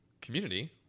community